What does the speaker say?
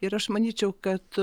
ir aš manyčiau kad